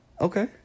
Okay